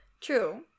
True